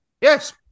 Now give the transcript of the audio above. Yes